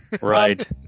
Right